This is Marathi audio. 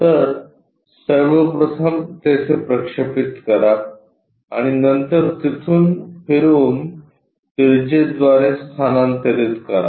तर सर्वप्रथम तेथे प्रक्षेपित करा आणि नंतर तिथून फिरवून त्रिज्येद्वारे स्थानांतरित करा